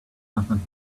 nothing